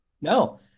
no